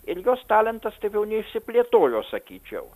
ir jos talentas taip jauneišsiplėtojo sakyčiau